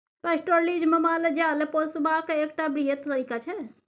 pastoralism माल जाल पोसबाक एकटा बृहत तरीका छै